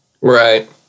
Right